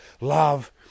love